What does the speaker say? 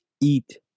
eat